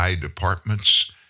departments